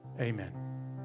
Amen